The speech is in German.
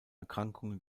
erkrankungen